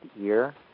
year